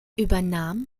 übernahm